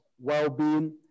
well-being